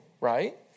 right